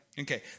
Okay